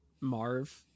Marv